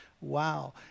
wow